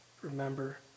remember